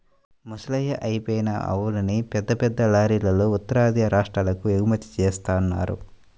ముసలయ్యి అయిపోయిన ఆవుల్ని పెద్ద పెద్ద లారీలల్లో ఉత్తరాది రాష్ట్రాలకు ఎగుమతి జేత్తన్నారు